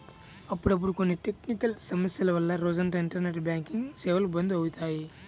అప్పుడప్పుడు కొన్ని టెక్నికల్ సమస్యల వల్ల రోజంతా ఇంటర్నెట్ బ్యాంకింగ్ సేవలు బంద్ అవుతాయి